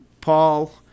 Paul